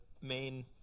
main